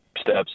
steps